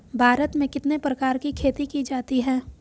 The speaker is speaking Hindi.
भारत में कितने प्रकार की खेती की जाती हैं?